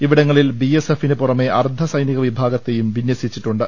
ഇവിടങ്ങളിൽ B S എഫിന് പുറമെ അർദ്ധസൈനിക വിഭാഗത്തെയും വിന്യസിച്ചിട്ടുണ്ട്